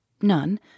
None